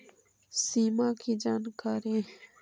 सिमा कि जानकारी?